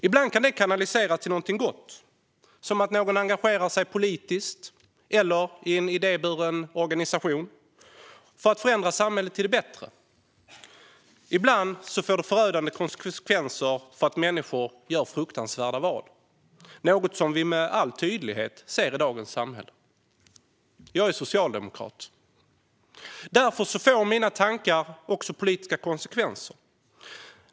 Ibland kan detta kanaliseras till någonting gott, som att någon engagerar sig politiskt eller i en idéburen organisation för att förändra samhället till det bättre. Ibland får det förödande konsekvenser när människor gör fruktansvärda val. Det är något som vi med all tydlighet ser i dagens samhälle. Jag är socialdemokrat. Därför får mina tankar också politiska konsekvenser.